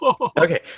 Okay